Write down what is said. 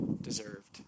deserved